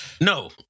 No